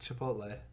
Chipotle